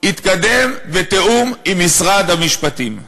יתקדם בתיאום עם משרד המשפטים.